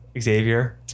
Xavier